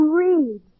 read